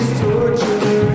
torture